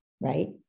Right